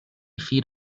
feet